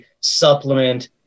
supplement